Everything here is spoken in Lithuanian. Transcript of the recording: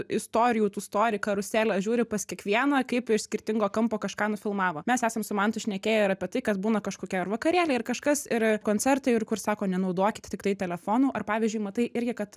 istorijų tų stori karuselę žiūri pas kiekvieną kaip iš skirtingo kampo kažką nufilmavo mes esam su mantu šnekėję ir apie tai kad būna kažkokie ar vakarėliai ar kažkas ir koncertai ir kur sako nenaudokit tiktai telefonų ar pavyzdžiui matai irgi kad